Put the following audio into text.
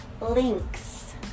links